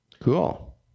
Cool